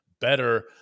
Better